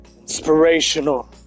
inspirational